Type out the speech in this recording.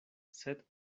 sed